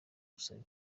gusaba